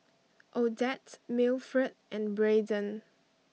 Odette Mildred and Brayden